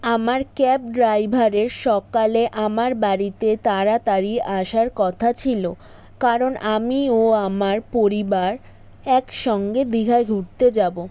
আমার ক্যাব ড্রাইভারের সকালে আমার বাড়িতে তাড়াতাড়ি আসার কথা ছিল কারণ আমি ও আমার পরিবার একসঙ্গে দীঘা ঘুরতে যাব